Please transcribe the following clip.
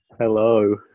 Hello